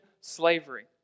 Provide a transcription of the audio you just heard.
slavery